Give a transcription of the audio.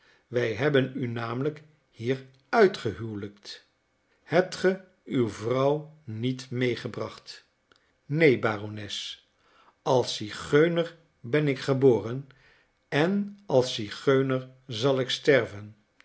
wij hebben u namelijk hier uitgehuwelijkt hebt ge uw vrouw niet meegebracht neen barones als zigeuner ben ik geboren en als zigeuner zal ik sterven